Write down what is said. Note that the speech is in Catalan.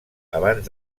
abans